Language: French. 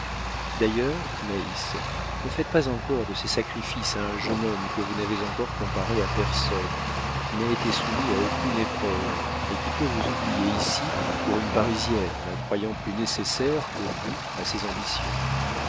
d'ailleurs naïs ne faites pas encore de ces sacrifices à un jeune homme que vous n'avez encore comparé à personne qui n'a été soumis à aucune épreuve et qui peut vous oublier ici pour une parisienne en la croyant plus nécessaire que vous à ses ambitions